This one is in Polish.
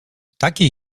takiej